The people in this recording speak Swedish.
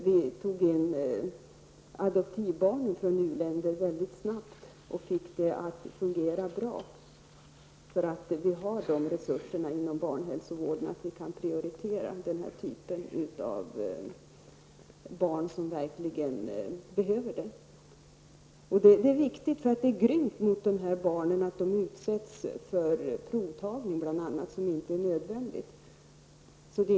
Vi tog då in adoptivbarn från u-länder väldigt snabbt, och vi fick det att fungera bra. Vi har nämligen inom barnhälsovården sådana resurser att vi kan prioritera vård av barn som verkligen har behov av det. Detta är alltså viktigt. Det är grymt att dessa barn utsätts för bl.a. provtagning som inte är nödvändig.